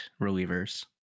relievers